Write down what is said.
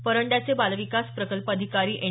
परंड्याचे बालविकास प्रकल्प अधिकारी एन